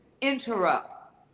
interrupt